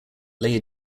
lay